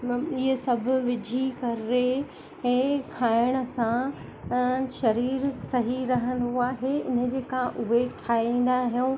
हुन में इहे सभ विझी करे ऐं खाइण सां शरीरु सही रहंदो आहे इनजे खां उहे ठाहींदा आहियूं